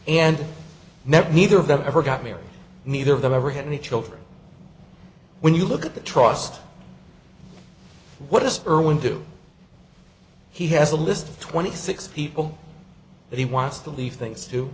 never neither of them ever got married neither of them ever had any children when you look at the trust what does irwin do he has a list of twenty six people that he wants to leave things to